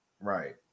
right